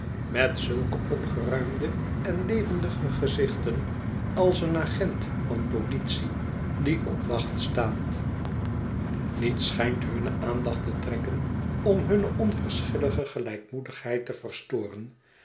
met zulke opgeruimde en levendige gezichten als een agent van politic die op wacht staat niets schijnt hunne aandacht te trekken om hunne onverschillige gelijkmoedigheid te verstoren